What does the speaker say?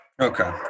Okay